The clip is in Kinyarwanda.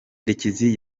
ndekezi